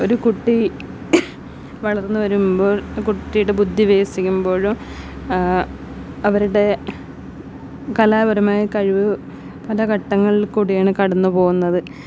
ഒരു കുട്ടി വളർന്നുവരുമ്പോൾ കുട്ടിയുടെ ബുദ്ധി വികസിക്കുമ്പോൾ അവരുടെ കലാപരമായ കഴിവ് പല ഘട്ടങ്ങളിൽ കൂടിയാണ് കടന്നുപോകുന്നത്